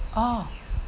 oh